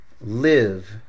live